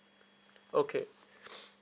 okay